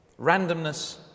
randomness